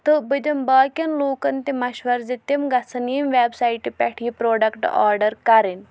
تہٕ بہٕ دِمہٕ باقیَن لوٗکَن تہِ مَشوَرٕ زِ تِم گژھن ییٚمہِ ویبسایٹہِ پٮ۪ٹھ یہِ پرٛوڈَکٹ آڈَر کَرٕنۍ